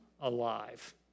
alive